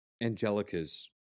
Angelica's